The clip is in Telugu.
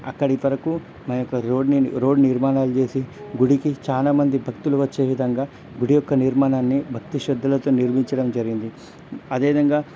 అక్కడితరకు మా యొక్క రోడ్ని రోడ్ నిర్మాణాలు చేసి గుడికి చాలా మంది భక్తులు వచ్చే విధంగా గుడి యొక్క నిర్మాణాన్ని భక్తి శ్రద్ధలతో నిర్మించడం జరిగింది అదే విధంగా